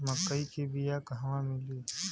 मक्कई के बिया क़हवा मिली?